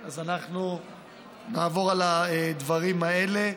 אז אנחנו נעבור על הדברים האלה.